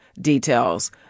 details